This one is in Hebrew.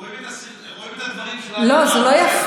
רואים את הדברים, לא, זה לא יפה.